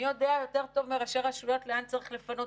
מי יודע יותר טוב מראשי רשויות לאן צריך לפנות?